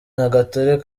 nyagatare